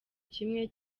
kimwe